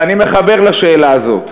ואני מחבר לשאלה הזאת: